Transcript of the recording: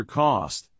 cost